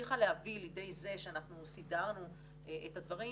והצליחה להביא לידי זה שאנחנו סידרנו את הדברים,